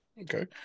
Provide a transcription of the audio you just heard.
Okay